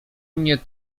mnie